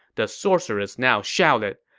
the sorceress now shouted,